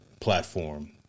platform